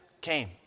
came